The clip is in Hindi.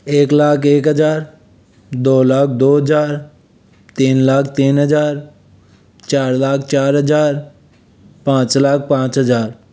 एक लाख एक हज़ार दो लाख दो हज़ार तीन लाख तीन हज़ार चार लाख चार हज़ार पाँच लाख पाँच हज़ार